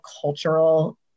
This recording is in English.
cultural